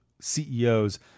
CEOs